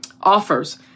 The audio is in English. offers